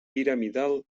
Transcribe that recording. piramidal